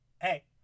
hey